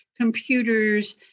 computers